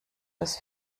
das